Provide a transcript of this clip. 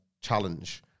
Challenge